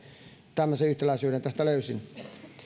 tämmöisen yhtäläisyyden tästä löysin